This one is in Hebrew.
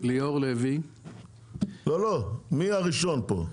מי הראשון פה?